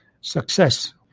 success